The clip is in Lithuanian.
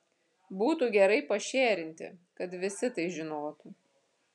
būtų gerai pašėrinti kad visi tai žinotų